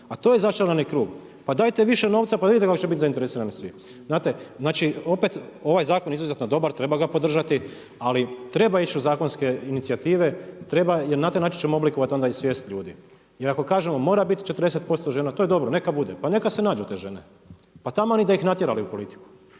A to je začarani krug. Pa dajte više novca pa vidite kako će biti zainteresirani svi. Znate, znači opet ovaj je zakon izuzetno dobar, treba ga podržati ali treba ići u zakonske inicijative, treba, jer na taj način ćemo oblikovati onda i svijest ljudi. Jer ako kažemo mora biti 40% žena, to je dobro, neka bude, pa neka se nađu te žene. Pa taman i da ih natjerali u politiku,